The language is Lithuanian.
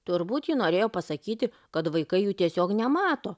turbūt ji norėjo pasakyti kad vaikai jų tiesiog nemato